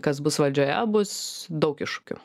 kas bus valdžioje bus daug iššūkių